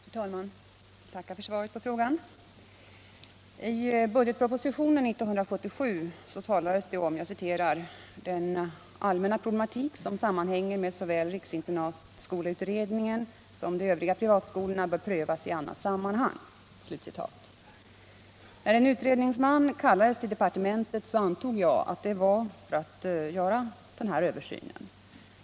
Herr talman! Jag tackar för svaret på min fråga. I budgetpropositionen 1977 talas det om att ”den allmänna problematik som sammanhänger med såväl riksinternatskoleutredningen som de övriga privatskolorna bör prövas i annat sammanhang”. När en utredningsman kallades till departementet, antog jag att det var för att göra denna översyn.